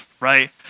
Right